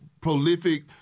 prolific –